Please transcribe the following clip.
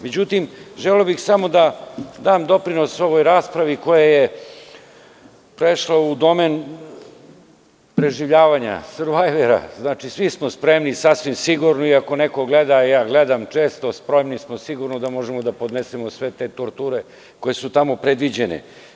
Međutim, želeo bih samo da dam doprinos ovoj raspravi koja je prešla u domen preživljavanja, znači, svi smo spremni sasvim sigurno i ako neko gleda, a ja gledam često spremni smo sigurno da možemo da podnesemo sve te torture koje su tamo predviđene.